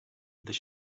they